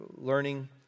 learning